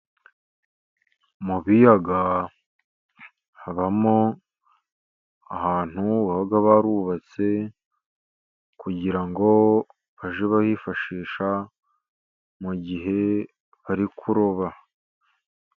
Mu biyaga habamo ahantu baba barubatse, kugira ngo bajye bahifashisha mu gihe bari kuroba.